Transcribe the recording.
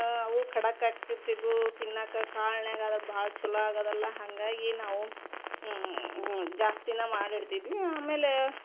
ಆ ಅವು ಖಡಕ್ ಆಕಿರ್ತಿದ್ವೂ ತಿನ್ನಾಕ ಕಾಳ್ನಾಗ ಅದು ಭಾಳ್ ಚಲೋ ಆಗದಲ್ಲ ಹಂಗಾಗಿ ನಾವು ಜಾಸ್ತಿನೆ ಮಾಡಿಡ್ತಿದ್ವಿ ಆಮೇಲೆ